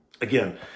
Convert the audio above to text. again